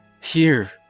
Here